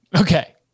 Okay